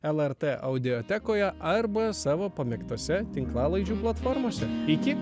lrt audiotekoje arba savo pamėgtose tinklalaidžių platformose iki